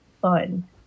fun